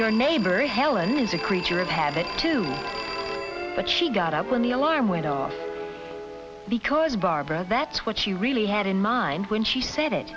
your neighbor helen is a creature of habit to me but she got up when the alarm went off because barbara that's what she really had in mind when she said it